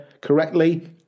correctly